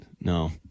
no